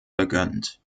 vergönnt